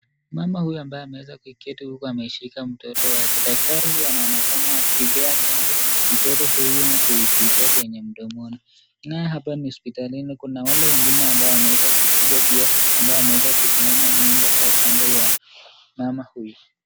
Mama huyu ambaye ameweza kuiketi huku ameshika mtoto wake, daktari huyu anaonekana akipea chanjo mtoto huyu kwenye mdomoni naye hapa ni hospitalini kuu na wale wengine ambao wameweza kukuja pia ambao wameweza kusimama nyuma au Kando ya mam huyu.